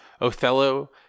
Othello